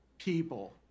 People